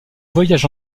voyage